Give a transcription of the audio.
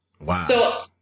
Wow